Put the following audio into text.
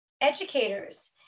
educators